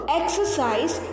exercise